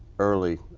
early.